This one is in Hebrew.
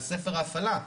על ספר ההפעלה.